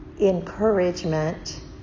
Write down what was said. encouragement